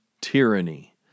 tyranny